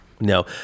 No